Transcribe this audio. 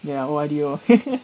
ya O_R_D lor